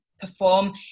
perform